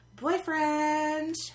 boyfriend